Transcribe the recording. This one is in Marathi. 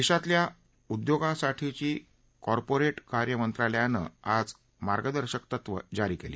देशातल्या उद्योगासाठीची कार्पोरेट कार्य मंत्रालयानं आज मार्गदर्शक तत्वं जारी केली